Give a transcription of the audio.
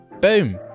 boom